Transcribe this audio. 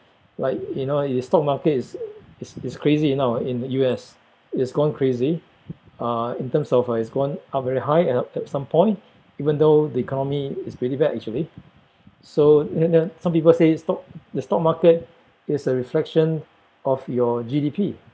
like you know the stock market is is is crazy now in the U_S it's gone crazy uh in terms of uh it's gone up very high in uh at some point even though the economy is pretty bad actually so and then some people say stock the stock market is a reflection of your G_D_P